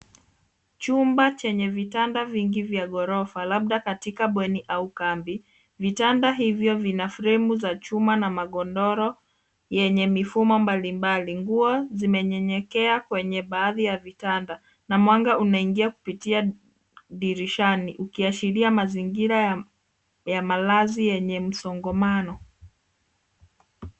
Chumba chenye vitanda vingi vya ghorofa labda katika bweni au kambi. Vitanda hivyo vina fremu ya machuma na magodoro yenye mifumo mbalimbali. Nguo zimenyenyekea kwenye baadhi ya vitanda na mwanga unaingia kupitia dirishani ukiashiria mazingira ya malazi yenye msongamano.